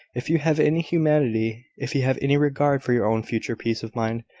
if you have any humanity if you have any regard for your own future peace of mind,